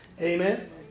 Amen